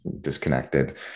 disconnected